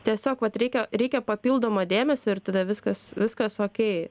tiesiog vat reikia reikia papildomo dėmesio ir tada viskas viskas okei